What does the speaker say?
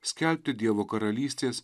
skelbti dievo karalystės